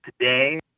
today